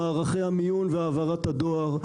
במערכי המיון והעברת הדואר,